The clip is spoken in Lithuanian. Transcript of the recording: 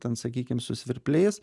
ten sakykim su svirpliais